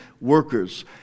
workers